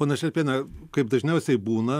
ponia šelpiene kaip dažniausiai būna